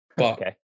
Okay